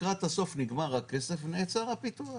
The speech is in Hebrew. לקראת הסוף נגמר הכסף, נעצר הפיתוח.